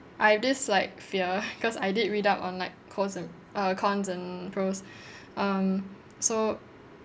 I've this like fear cause I did read up on like cons and uh cons and pros um so